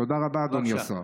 תודה רבה, אדוני השר.